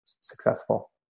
successful